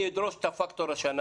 אני אדרוש את הפקטור השנה,